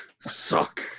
Suck